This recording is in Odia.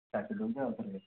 କାଟି ଦେଉଛି ଆଉ ଥରେ